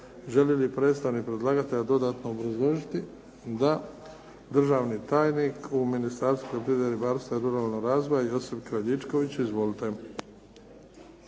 Želi li predstavnik predlagatelja dodatno obrazložiti? Da. Državni tajnik u Ministarstvu poljoprivrede, ribarstva i ruralnog razvoja Josip Kraljičković. Izvolite.